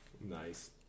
Nice